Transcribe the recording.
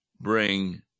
bring